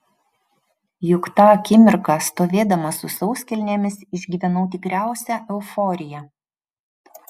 juk tą akimirką stovėdama su sauskelnėmis išgyvenau tikriausią euforiją